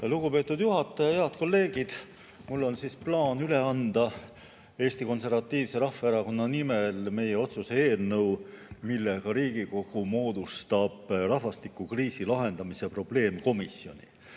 Lugupeetud juhataja! Head kolleegid! Mul on plaan üle anda Eesti Konservatiivse Rahvaerakonna nimel otsuse eelnõu, millega Riigikogu moodustab rahvastikukriisi lahendamise probleemkomisjoni.